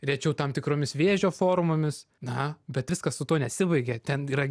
rečiau tam tikromis vėžio formomis na bet viskas su tuo nesibaigia ten yra